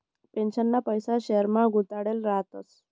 पेन्शनना पैसा शेयरमा गुताडेल रातस